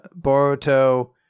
Boruto